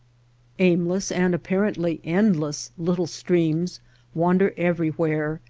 aimless and apparently endless little streams wander everywhere,